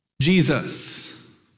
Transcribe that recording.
Jesus